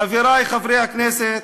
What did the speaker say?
חברי חברי הכנסת,